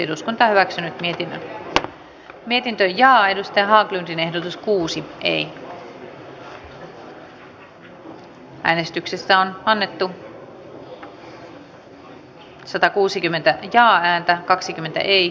eduskunta edellyttää että hallitus antaa selvityksen esitystensä vaikutuksista asuntovelallisten erityisesti lapsiperheiden asemaan ja ryhtyy tarvittaessa korjaaviin toimiin